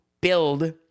build